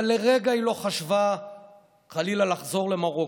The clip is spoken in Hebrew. אבל לרגע היא לא חשבה חלילה לחזור למרוקו.